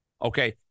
okay